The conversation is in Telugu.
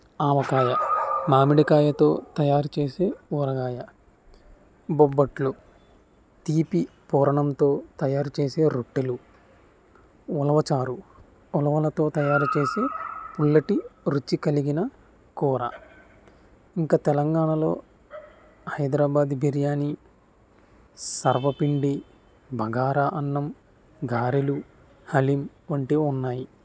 ఆవకాయ మామిడికాయతో తయారు చేసే ఊరగాయ బొబ్బట్లు తీపి పూరణంతో తయారు చేసే రొట్టెలు ఉలవచారు ఉలవలతో తయారు చేసే పుల్లటి రుచి కలిగిన కూర ఇంకా తెలంగాణలో హైదరాబాద్ బిర్యానీ సర్వపిండి బగారా అన్నం గారెలు హలీమ్ వంటివి ఉన్నాయి